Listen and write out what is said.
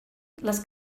les